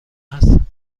هستند